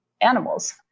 animals